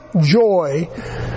joy